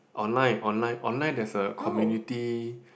online online online there's a community